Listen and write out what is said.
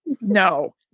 no